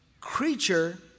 creature